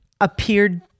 appeared